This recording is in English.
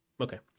Okay